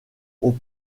aux